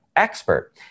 expert